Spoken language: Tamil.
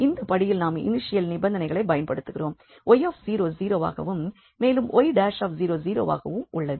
இந்த படியில் நாம் இனிஷியல் நிபந்தனைகளைப் பயன்படுத்துகிறோம் 𝑦 0 வாகவும் மேலும் 𝑦′ 0வாகவும் உள்ளது